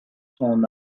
son